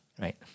Right